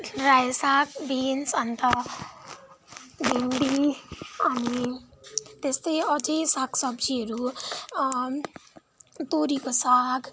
रायो साग बिन्स अन्त भिन्डी अनि त्यस्तै अझै साग सब्जीहरू तोरीको साग